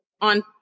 on